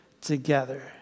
together